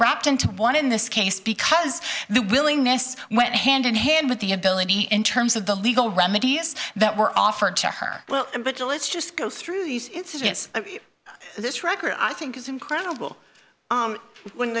wrapped into one in this case because the willingness went hand in hand with the ability in terms of the legal remedies that were offered to her well and vigilance just go through these incidents this record i think is incredible when